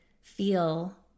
feel